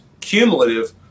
cumulative